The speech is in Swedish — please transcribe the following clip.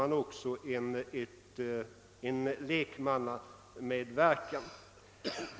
Man får också genom propositionens förslag en lekmannamedververkan.